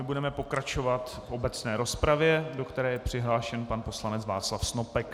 Budeme pokračovat v obecné rozpravě, do které je přihlášen pan poslanec Václav Snopek.